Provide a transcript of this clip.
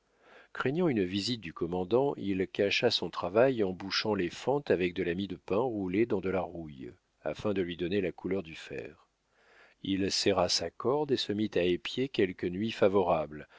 craignant une visite du commandant il cacha son travail en bouchant les fentes avec de la mie de pain roulée dans de la rouille afin de lui donner la couleur du fer il serra sa corde et se mit à épier quelque nuit favorable